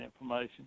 information